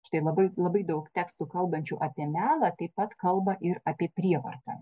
štai labai labai daug tekstų kalbančių apie melą taip pat kalba ir apie prievartą